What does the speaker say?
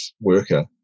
worker